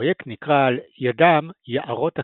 הפרויקט נקרא על ידם "יערות הכרמל",